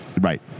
right